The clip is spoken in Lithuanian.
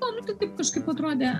to nu tai taip kažkaip atrodė